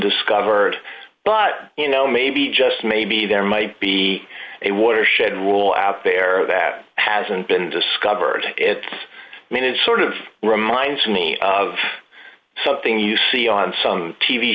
discovered but you know maybe just maybe there might be a watershed rule after there that hasn't been discovered it's i mean it's sort of reminds me of something you see on some t